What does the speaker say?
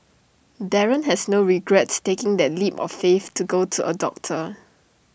Darren has no regrets taking that leap of faith to go to A doctor